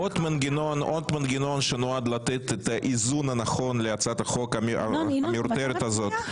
עוד מנגנון שנועד לתת את האיזון הנכון להצעת החוק המיותרת הזאת.